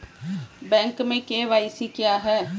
Bank में KYC क्या है?